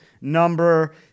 number